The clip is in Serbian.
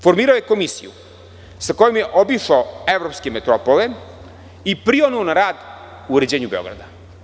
Formirao je komisiju sa kojom je obišao evropske metropole i prionuo na rad uređenju Beograda.